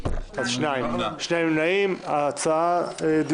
ההצעה התקבלה,